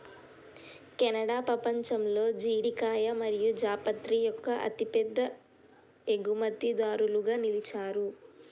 Canada పపంచంలో జీడికాయ మరియు జాపత్రి యొక్క అతిపెద్ద ఎగుమతిదారులుగా నిలిచారు